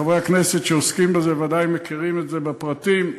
חברי הכנסת שעוסקים בזה בוודאי מכירים את זה בפרטים.